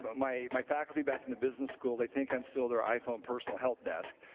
but my my faculty back in the business school, they think i'm still their iphone personal helpdesk.